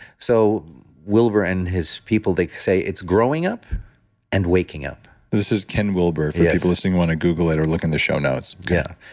so wilber and his people, they say, it's growing up and waking up this is ken wilber, for people listening and want to google it or look in the show notes yeah.